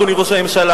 אדוני ראש הממשלה,